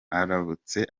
arubatse